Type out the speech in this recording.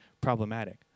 problematic